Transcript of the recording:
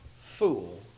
fool